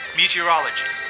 meteorology